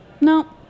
No